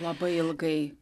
labai ilgai